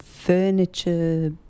furniture